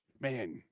man